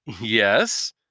yes